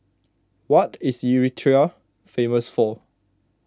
what is Eritrea famous for